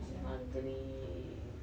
I hungry